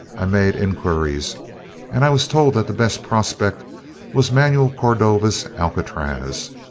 i made inquiries and i was told that the best prospect was manuel cordova's alcatraz.